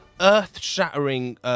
earth-shattering